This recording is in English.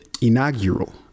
inaugural